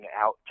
out